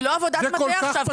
ולא עבודת מטה עכשיו,